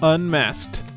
Unmasked